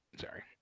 Sorry